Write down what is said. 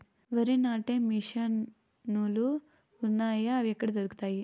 వరి నాటే మిషన్ ను లు వున్నాయా? అవి ఎక్కడ దొరుకుతాయి?